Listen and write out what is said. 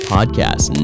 Podcast